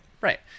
Right